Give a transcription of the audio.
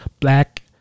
Black